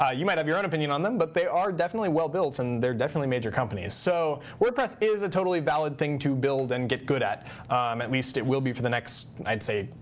ah you might have your own opinion on them, but they are definitely well built, and they're definitely major companies. so wordpress is a totally valid thing to build and get good at. at least it will be for the next i'd say,